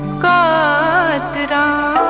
da